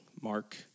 Mark